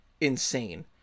insane